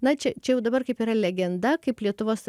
na čia čia jau dabar kaip yra legenda kaip lietuvos